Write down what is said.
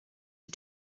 you